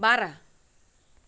बारा